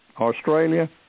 Australia